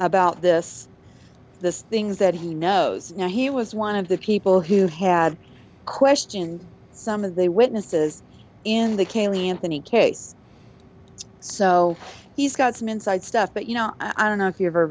about this the things that he knows now he was one of the people who had questioned some of the witnesses in the caylee anthony case so he's got some inside stuff but you know i don't know if you've ever